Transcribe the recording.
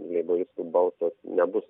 leiboristų balsas nebus